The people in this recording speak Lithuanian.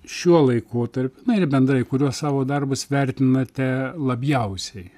šiuo laikotarpiu na ir bendrai kuriuos savo darbus vertinate labiausiai